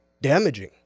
damaging